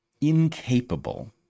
incapable